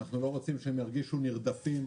אנחנו לא רוצים שהם ירגישו נרדפים.